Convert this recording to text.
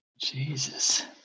Jesus